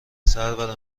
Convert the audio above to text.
سرور